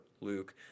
Luke